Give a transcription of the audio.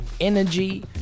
energy